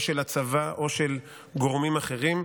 או של הצבא או של גורמים אחרים,